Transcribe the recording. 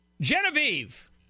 Genevieve